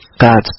God's